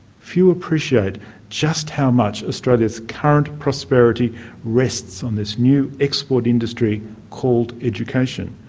few appreciate just how much australia's current prosperity rests on this new export industry called education.